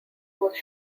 was